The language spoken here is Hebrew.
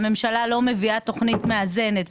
וכשהממשלה לא מביאה תוכנית מאזנת,